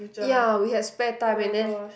ya we have spare time and then